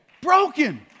Broken